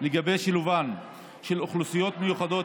לגבי שילובן של אוכלוסיות מיוחדות,